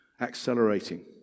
accelerating